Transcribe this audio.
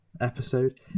episode